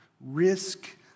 Risk